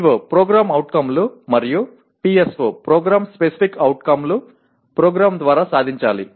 ఇప్పుడు PO లు మరియు PSO లు ప్రోగ్రాం ద్వారా సాధించాలి